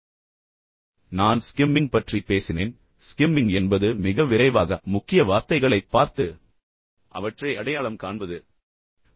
பின்னர் நான் ஸ்கிம்மிங் பற்றி பேசினேன் ஸ்கிம்மிங் என்பது மிக விரைவாக முக்கிய வார்த்தைகளைப் பார்த்து அவற்றை அடையாளம் காண முயற்சிப்பது